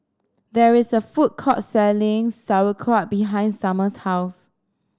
there is a food court selling Sauerkraut behind Summer's house